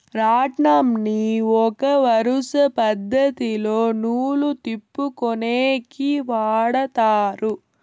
రాట్నంని ఒక వరుస పద్ధతిలో నూలు తిప్పుకొనేకి వాడతారు